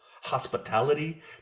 hospitality